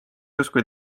justkui